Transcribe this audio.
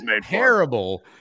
terrible